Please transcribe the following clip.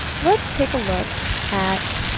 let's take a look at